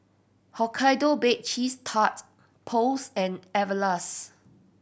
Hokkaido Baked Cheese Tart Post and Everlast